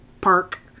Park